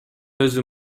өзү